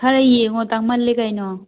ꯈꯔ ꯌꯦꯡꯉꯣ ꯇꯥꯡꯃꯜꯂꯦ ꯀꯩꯅꯣ